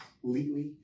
completely